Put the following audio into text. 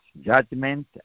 judgment